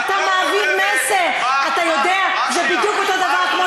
אתה מעביר מסר, אתה יודע, זה בדיוק אותו דבר כמו